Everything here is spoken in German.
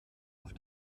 auf